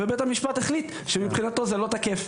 ובית המשפט החליט שמבחינתו זה לא תקף.